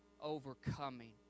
overcoming